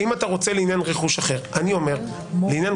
למה אנחנו לא מגישים כתב אישום - אני הייתי מעדיף,